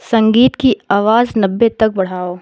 संगीत की आवाज़ नब्बे तक बढ़ाओ